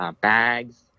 bags